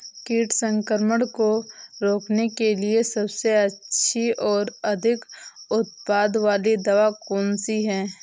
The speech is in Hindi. कीट संक्रमण को रोकने के लिए सबसे अच्छी और अधिक उत्पाद वाली दवा कौन सी है?